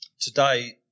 today